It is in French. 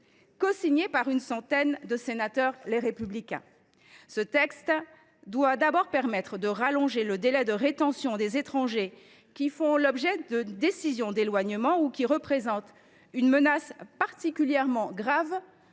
cosignée par une centaine de sénateurs du groupe Les Républicains. Ce texte doit tout d’abord permettre d’allonger le délai de rétention des étrangers qui font l’objet d’une décision d’éloignement ou qui représentent une menace particulièrement grave